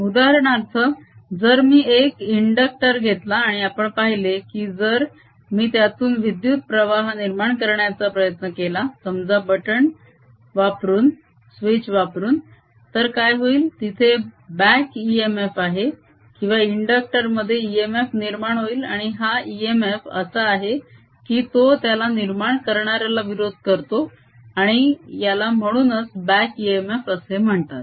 उदाहरणार्थ जर मी एक इंडक्टर घेतला आणि आपण पाहिले की जर मी त्यातून विद्युत प्रवाह निर्माण करायचा प्रयत्न केला समजा बटण वापरून तर काय होईल तिथे ब्याक इएमएफ आहे किंवा इंडक्टर मध्ये इएमएफ निर्माण होईल आणि हा इएमएफ असा आहे की तो त्याला निर्माण करणाऱ्याला विरोध करतो आणि याला म्हणूनच ब्याक इएमएफ असे म्हणतात